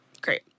Great